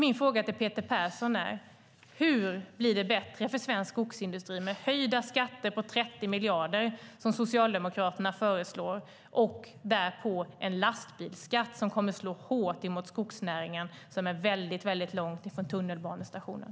Min fråga till Peter Persson är: Hur blir det bättre för svensk skogsindustri med höjda skatter på 30 miljarder, som Socialdemokraterna föreslår, och därtill en lastbilsskatt som kommer att slå hårt mot skogsnäringen som finns väldigt långt ifrån tunnelbanestationen?